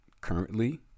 currently